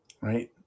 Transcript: right